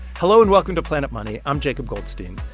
hello, and welcome to planet money. i'm jacob goldstein.